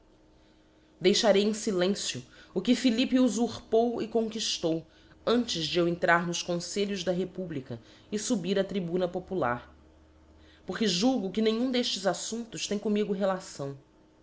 deixarei em filencio o que philippe ufurpou e conquiftou antes de eu entrar nos confelhos da republica e fubir á tribuna popular porque julgo que nenhum d'eftes aítumptos tem comigo relação